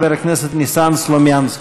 חבר הכנסת ניסן סלומינסקי.